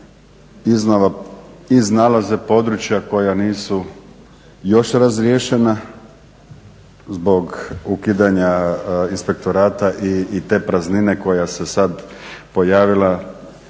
iznalaze područja koja nisu još razriješena zbog ukidanja inspektorata i te praznine koja se sad pojavila.